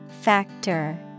Factor